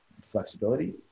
flexibility